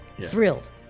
Thrilled